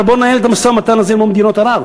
אבל בוא ננהל את המשא-ומתן הזה עם מדינות ערב.